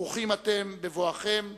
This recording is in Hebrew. ברוכים אתם בבואכם,